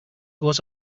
goes